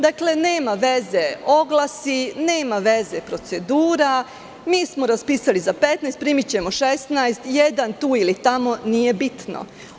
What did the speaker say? Dakle, nema veza oglasi, nema veze procedura, mi smo raspisali za 15, primićemo 16, jedan tu ili tamo, nije bitno.